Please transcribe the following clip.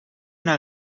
naar